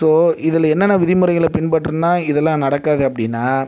so இதில் என்னென்ன விதிமுறைகளை பின்பற்றனும்னா இதெல்லாம் நடக்காது அப்படின்னால்